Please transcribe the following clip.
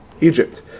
Egypt